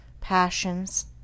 passions